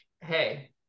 Hey